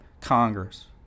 Congress